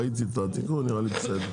ראיתי את התיקון, הוא נראה לי בסדר.